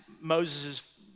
Moses